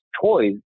toys